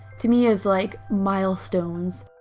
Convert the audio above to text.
to me is like milestones.